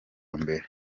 mbere